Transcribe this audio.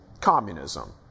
communism